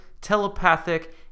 telepathic